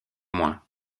moins